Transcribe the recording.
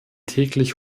täglich